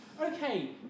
okay